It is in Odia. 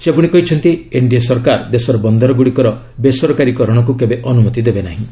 ସେ କହିଛନ୍ତି ଏନ୍ଡିଏ ସରକାର ଦେଶର ବନ୍ଦରଗୁଡ଼ିକର ବେସରକାରୀକରଣକୁ କେବେ ଅନୁମତି ଦେବେ ନାହିଁ